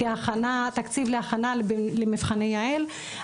תקציב להכנה למבחני יע"ל.